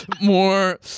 more